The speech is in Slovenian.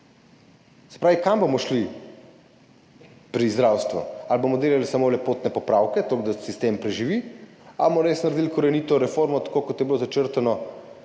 Se pravi, kam bomo šli pri zdravstvu? Ali bomo delali samo lepotne popravke, toliko, da sistem preživi, ali bomo res naredili korenito reformo, tako kot je bilo začrtano,